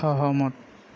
সহমত